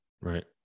right